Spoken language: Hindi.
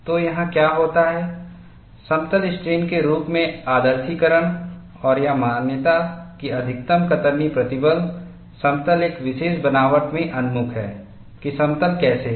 तो यहाँ क्या होता है समतल स्ट्रेन के रूप में आदर्शीकरण और यह मान्यता कि अधिकतम कतरनी प्रतिबल समतल एक विशेष बनावट में उन्मुख है कि समतल कैसे हैं